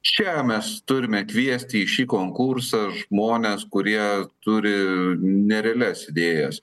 čia mes turime kviesti į šį konkursą žmones kurie turi nerealias idėjas